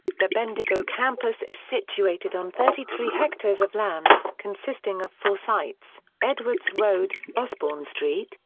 the bendigo campus is situated on thirty three hectares of land, consisting of four sites edwards road, osbourne street,